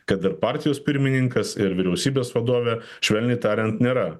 kad ir partijos pirmininkas ir vyriausybės vadovė švelniai tariant nėra